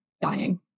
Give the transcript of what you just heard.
dying